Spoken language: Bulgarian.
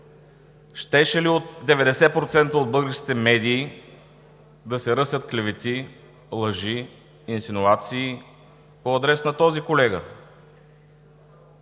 щеше ли в 90% от българските медии да се ръсят клевети, лъжи, инсинуации по адрес на този колега?!